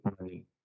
money